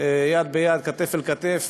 יד ביד, כתף אל כתף,